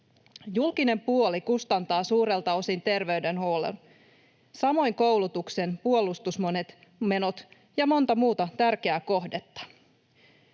Julkinen puoli kustantaa suurelta osin terveydenhuollon, samoin koulutuksen, puolustusmenot ja monta muuta tärkeää kohdetta.